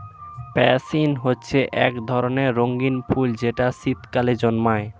pansy হচ্ছে এক ধরনের রঙিন ফুল যেটা শীতকালে জন্মায়